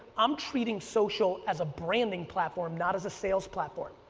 i'm treating social as a branding platform, not as a sales platform.